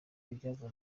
ibyavuye